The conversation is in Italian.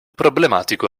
problematico